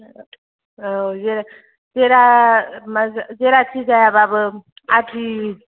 औ जे जेरा मा जा जेराथि जायाबाबो आदि